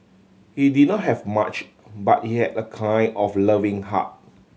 he did not have much but he had a kind of loving heart